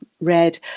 read